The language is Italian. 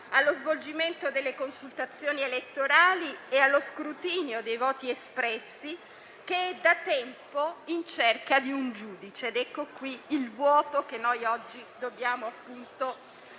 allo svolgimento delle consultazioni elettorali e allo scrutinio dei voti espressi che è da tempo in cerca di un giudice. È questo il vuoto che noi oggi dobbiamo colmare.